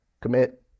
commit